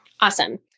Awesome